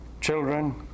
children